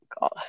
god